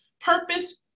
purpose